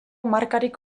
markarik